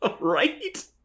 Right